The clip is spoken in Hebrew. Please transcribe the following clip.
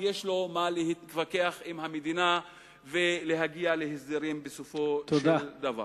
יש מה להתווכח עם המדינה ולהגיע להסדרים בסופו של דבר.